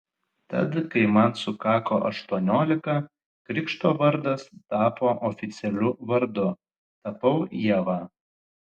tad kai man sukako aštuoniolika krikšto vardas tapo oficialiu vardu tapau ieva